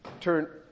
turn